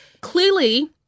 clearly